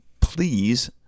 please